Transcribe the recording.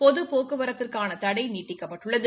பொது போக்குவரத்திற்கான தடை நீட்டிக்கப்பட்டுள்ளது